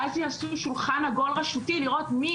ואז יעשו שולחן עגול רשותי לראות מי